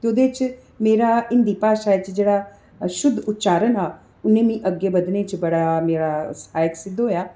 ओह्दे च मेरा हिंदी भाशा च जेह्ड़ा शुद्ध उच्चारण हा उन्नै मिगी अग्गें बधने च बड़ा मेरा सहायक सिद्ध होएआ